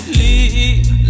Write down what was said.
leave